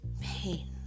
pain